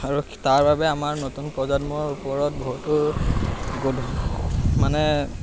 আৰু তাৰ বাবে আমাৰ নতুন প্ৰজন্মৰ ওপৰত বহুতো গ মানে